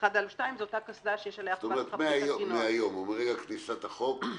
כלומר מרגע כניסת החוק,